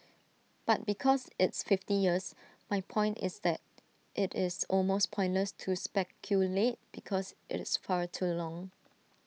but because it's fifty years my point is that IT is almost pointless to speculate because it's far too long